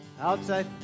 outside